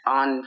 on